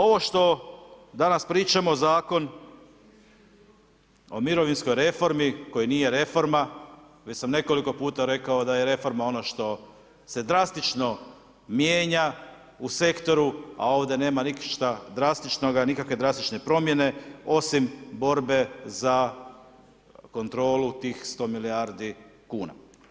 Ovo što danas pričamo, Zakon o mirovinskoj reformi koji nije reforma, već sam nekoliko puta rekao da je reforma ono što se drastično mijenja u sektoru, a ovdje nema ništa drastičnoga nikakve drastične promjene osim borbe za kontrolu tih 100 milijardi kuna.